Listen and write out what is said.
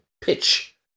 pitch